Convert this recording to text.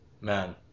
Man